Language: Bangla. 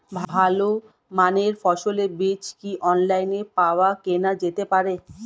ভালো মানের ফসলের বীজ কি অনলাইনে পাওয়া কেনা যেতে পারে?